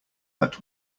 that